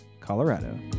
colorado